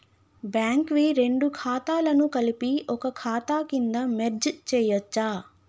Bank వి రెండు ఖాతాలను కలిపి ఒక ఖాతా కింద మెర్జ్ చేయచ్చా?